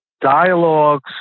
dialogues